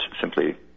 simply